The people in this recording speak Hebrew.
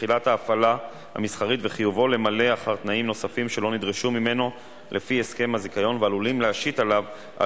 אתם חושבים שיש מקום למשוך את החוק בחזרה לוועדה,